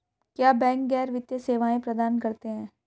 क्या बैंक गैर वित्तीय सेवाएं प्रदान करते हैं?